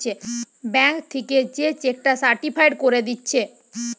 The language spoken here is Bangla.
ব্যাংক থিকে যে চেক টা সার্টিফায়েড কোরে দিচ্ছে